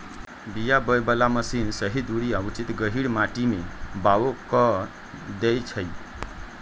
बीया बोय बला मशीन सही दूरी आ उचित गहीर माटी में बाओ कऽ देए छै